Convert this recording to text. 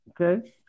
Okay